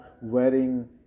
wearing